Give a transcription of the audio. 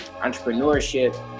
entrepreneurship